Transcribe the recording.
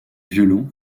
violon